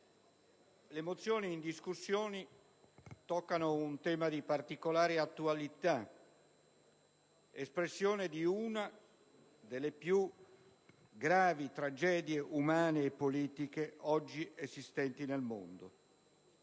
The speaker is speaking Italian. le mozioni in discussione toccano un tema di particolare attualità, espressione di una delle più gravi tragedie umane e politiche oggi esistenti nel mondo,